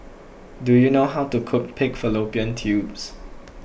do you know how to cook Pig Fallopian Tubes